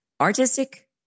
artistic